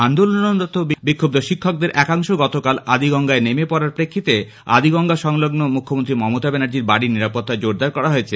আন্দোলনরত বিক্ষুদ্ধ শিক্ষকদের একাংশ গতকাল আদিগঙ্গায় নেমে পড়ার প্রেক্ষিতে আদিগঙ্গা সংলগ্ন মুখ্যমন্ত্রী মমতা ব্যানার্জির বাড়ির আশপাশের নিরাপত্তা জোরদার করা হয়েছে